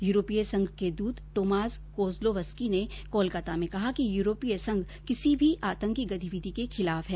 यूरोपीय संघ के दूत टोमाज कोर्ज्लोवस्कीने कोलकाता में कहा कि यूरोपीय संघ किसी भी आतंकी गतिविधि के खिलाफ है